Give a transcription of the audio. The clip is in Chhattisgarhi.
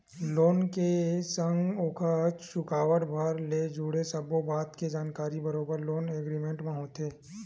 लोन ले के संग ओखर चुकावत भर ले जुड़े सब्बो बात के जानकारी बरोबर लोन एग्रीमेंट म होथे